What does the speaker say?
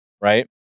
right